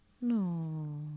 No